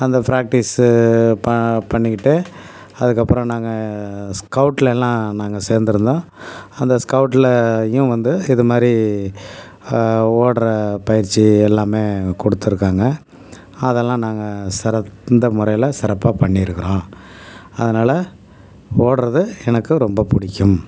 அந்த ஃப்ராக்டிஸ்ஸு ப பண்ணிக்கிட்டு அதுக்கப்புறம் நாங்கள் ஸ்கௌட்லேலாம் நாங்கள் சேர்ந்துருந்தோம் அந்த ஸ்கௌட்லையும் வந்து இது மாதிரி ஓடுற பயிற்சி எல்லாமே கொடுத்துருக்காங்க அதெல்லாம் நாங்கள் சிறந்த முறையில் சிறப்பாக பண்ணிருக்கிறோம் அதனாலே ஓடுறது எனக்கு ரொம்பப் பிடிக்கும்